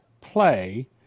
play